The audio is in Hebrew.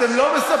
אתם לא מספחים,